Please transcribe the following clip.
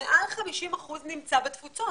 מעל 50% נמצאים בתפוצות.